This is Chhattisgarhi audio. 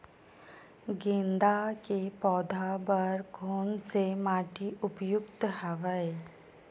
गेंदा के पौधा बर कोन से माटी उपयुक्त हवय?